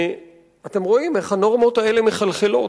אתם רואים איך הנורמות האלה מחלחלות.